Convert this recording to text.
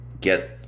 Get